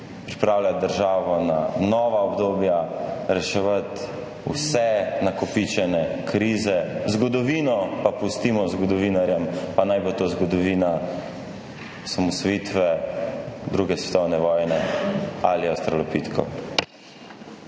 pripravljati državo na nova obdobja, reševati vse nakopičene krize. Zgodovino pa pustimo zgodovinarjem, pa naj bo to zgodovina osamosvojitve, druge svetovne vojne ali avstralopitekov.